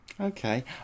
Okay